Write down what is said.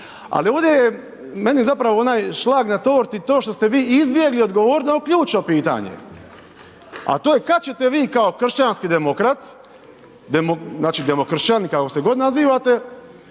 Ali ovdje je meni zapravo onaj šlag na torti to što ste vi izbjegli odgovoriti na ovo ključno pitanje, a to je kad ćete vi kao kršćanski demokrat, znači, demokršćan, kako se god nazivate,